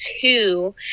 two